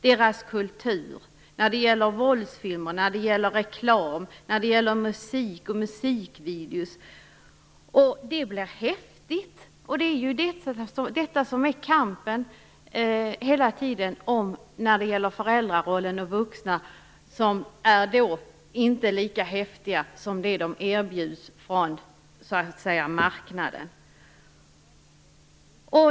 Det blir deras kultur - våldsfilmer, reklam, musik och musikvideor - och det blir häftigt. Det är ju detta som är kampen för föräldrarna och andra vuxna, som inte är lika häftiga som de förebilder ungdomarna erbjuds från marknaden.